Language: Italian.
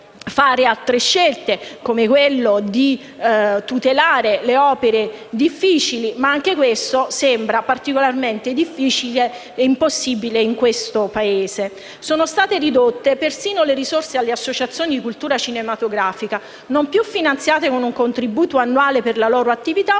ad esempio, scegliere di tutelare le opere difficili, ma anche questo sembra impossibile in questo Paese. Sono state ridotte persino le risorse alle associazioni di cultura cinematografica non più finanziate con un contributo annuale per la loro attività